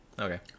Okay